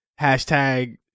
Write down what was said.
hashtag